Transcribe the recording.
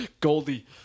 Goldie